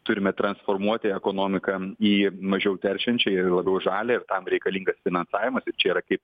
turime transformuoti ekonomiką į mažiau teršiančią ir labiau žalią ir tam reikalinga finansavimas ir čia yra kaip